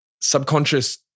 subconscious